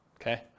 okay